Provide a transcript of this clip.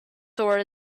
toward